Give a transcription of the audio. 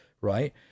right